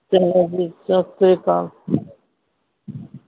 ਚੰਗਾ ਜੀ ਸਤਿ ਸ਼੍ਰੀ ਅਕਾਲ